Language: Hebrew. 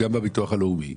גם בביטוח הלאומי.